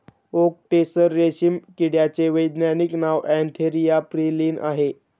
okay tasar रेशीम किड्याचे वैज्ञानिक नाव अँथेरिया प्रियलीन आहे